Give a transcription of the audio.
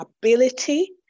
ability